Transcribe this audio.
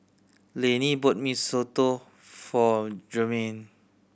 Layne bought Mee Soto for Jermaine